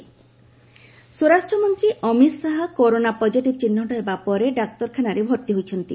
corona politician ସ୍ୱରାଷ୍ଟ୍ର ମନ୍ତ୍ରୀ Amit Shah corona positive ଚିହ୍ନଟ ହେବା ପରେ ଡାକ୍ତରଖାନାରେ ଭର୍ତ୍ତି ହୋଇଛନ୍ତି